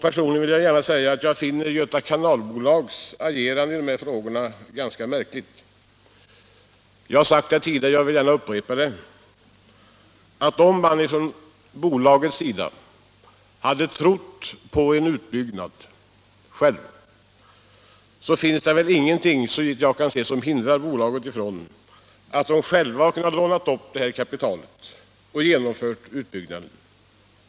Personligen vill jag gärna säga att jag finner Göta Kanalbolags agerande i de här frågorna ganska märkligt. Jag har sagt tidigare och vill gärna upprepa det: Om man från bolagets sida hade trott på en utbyggnad skulle det väl, såvitt jag kan se, inte funnits någonting som hindrat bolaget från att självt låna upp erforderligt kapital och genomföra en utbyggnad.